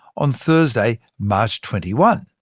on thursday, march twenty one.